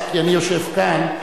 כי אני יושב כאן.